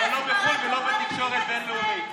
אבל לא בחו"ל ולא בתקשורת בין-לאומית.